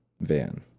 van